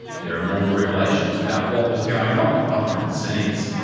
there are more revelations about what was going on behind the scenes.